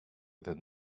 than